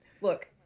look